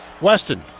Weston